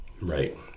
Right